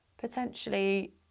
potentially